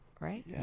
right